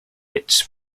its